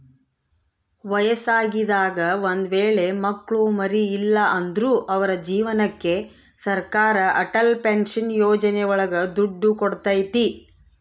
ವಯಸ್ಸಾಗಿದಾಗ ಒಂದ್ ವೇಳೆ ಮಕ್ಳು ಮರಿ ಇಲ್ಲ ಅಂದ್ರು ಅವ್ರ ಜೀವನಕ್ಕೆ ಸರಕಾರ ಅಟಲ್ ಪೆನ್ಶನ್ ಯೋಜನೆ ಒಳಗ ದುಡ್ಡು ಕೊಡ್ತೈತಿ